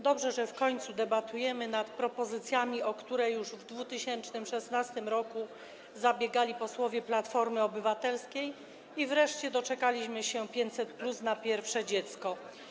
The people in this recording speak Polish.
Dobrze, że w końcu debatujemy nad propozycjami, o które już w 2016 r. zabiegali posłowie Platformy Obywatelskiej, i wreszcie doczekaliśmy się 500+ na pierwsze dziecko.